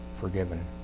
forgiven